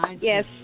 Yes